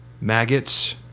Maggots